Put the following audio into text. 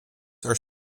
are